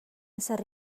ezer